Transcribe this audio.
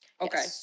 Okay